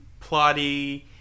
plotty